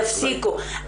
יפסיקו,